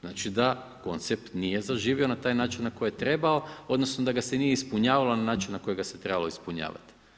Znači da koncept nije zaživio na taj način na koji je trebao, odnosno da ga se nije ispunjavalo na način na koji ga se je trebalo ispunjavati.